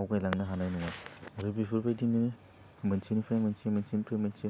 आवगायलांनो हानाय नङा दा बेफोरबायदिनो मोनसेनिफ्राय मोनसे मोनसेनिफ्राय मोनसे